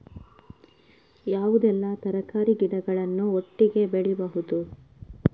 ಯಾವುದೆಲ್ಲ ತರಕಾರಿ ಗಿಡಗಳನ್ನು ಒಟ್ಟಿಗೆ ಬೆಳಿಬಹುದು?